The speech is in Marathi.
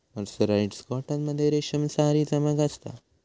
मर्सराईस्ड कॉटन मध्ये रेशमसारी चमक असता